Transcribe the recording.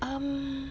um